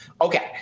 Okay